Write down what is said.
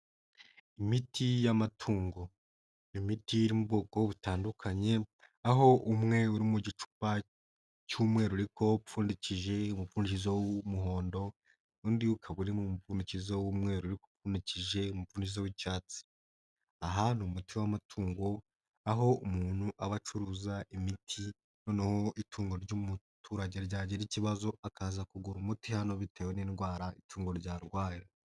Imiti y'amatungo, imiti iri mubwoko butandukanye aho umwe uri mugicupa cy'umweru ariko upfundikije umupfundikizo w'umuhondo undi ukaba uri mumupfundikizo w'umweru ariko upfundikije umupfundikizo w'icyatsi, aha ni umuti w'amatungo aho umuntu aba acuruza imiti noneho itungo ry'umuturage ryagira ikibazo akaza kugura umuti hano bitewe n'indwara itungo ryarwaye.